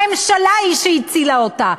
הממשלה היא שהצילה אותו,